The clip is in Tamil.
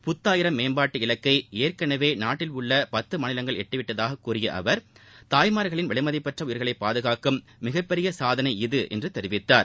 புத்தாயிரம் மேம்பாட்டு இலக்கை ஏற்களவே நாட்டில் உள்ள பத்து மாநிலங்கள் எட்டிவிட்டதாக கூறிய அவர் தாய்மார்களின் விலைமதிப்பற்ற உயிர்களை பாதுகாக்கும் மிகப்பெரிய சாதனை இது என்று தெரிவித்தார்